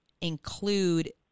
include